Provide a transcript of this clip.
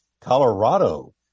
Colorado